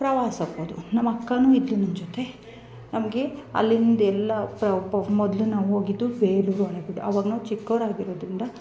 ಪ್ರವಾಸಕ್ಕೆ ಹೋದೆವು ನಮ್ಮ ಅಕ್ಕನೂ ಇದ್ಲು ನನ್ನ ಜೊತೆ ಅಮೇಗೆ ಅಲ್ಲಿಂದ ಎಲ್ಲ ಪ್ರ ಮೊದಲು ನಾವು ಹೋಗಿದ್ದು ಬೇಲೂರು ಹಳೇಬೀಡು ಅವಾಗ ನಾವು ಚಿಕ್ಕೊರಾಗಿರೋದರಿಂದ